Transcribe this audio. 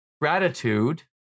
Gratitude